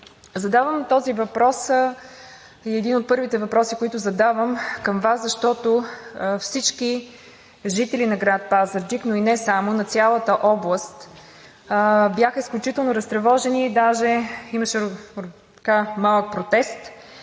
Задавам този въпрос и е един от първите въпроси, които задавам към Вас, защото всички жители на град Пазарджик, но и не само – на цялата област, бяха изключително разтревожени даже имаше малък протест,